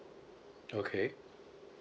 okay